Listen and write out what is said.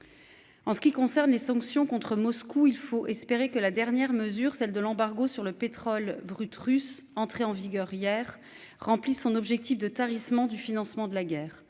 En ce qui concerne les sanctions contre Moscou. Il faut espérer que la dernière mesure, celle de l'embargo sur le pétrole brut russe. Entré en vigueur hier rempli son objectif de tarissement du financement de la guerre.